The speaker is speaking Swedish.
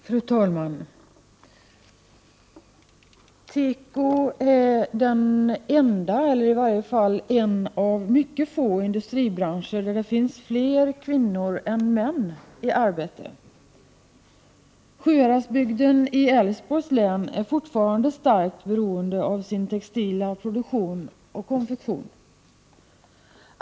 Fru talman! Teko är den enda eller i varje fall en av mycket få industribranscher där det finns fler kvinnor än män i arbete. Sjuhäradsbygden i Älvsborgs län är fortfarande starkt beroende av sin textila produktion och konfektion.